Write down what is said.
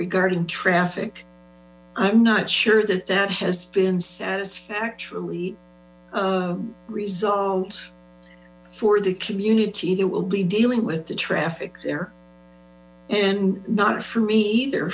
regarding traffic i'm not sure that that has been satisfactory resolved for the community that will be dealing with the traffic there and not for me either